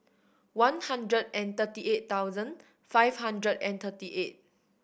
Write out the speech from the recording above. one hundred and thirty eight thousand five hundred and thirty eight